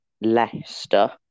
Leicester